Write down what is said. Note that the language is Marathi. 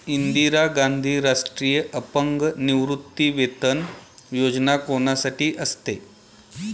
इंदिरा गांधी राष्ट्रीय अपंग निवृत्तीवेतन योजना कोणासाठी असते?